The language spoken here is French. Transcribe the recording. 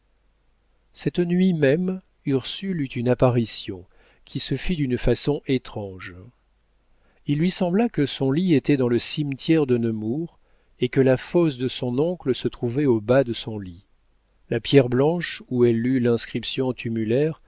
cette nuit même ursule eut une apparition qui se fit d'une façon étrange il lui sembla que son lit était dans le cimetière de nemours et que la fosse de son oncle se trouvait au bas de son lit la pierre blanche où elle lut l'inscription tumulaire